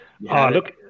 look